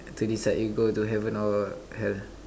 to decide you go to heaven or hell